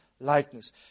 likeness